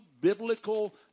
biblical